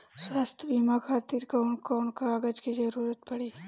स्वास्थ्य बीमा खातिर कवन कवन कागज के जरुरत पड़ी?